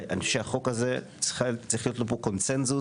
ואני חושב שהחוק הזה צריך להיות לו פה קונצנזוס